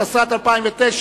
התשס"ט 2009,